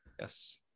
yes